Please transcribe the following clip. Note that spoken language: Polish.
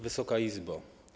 Wysoka Izbo!